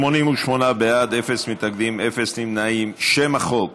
שם החוק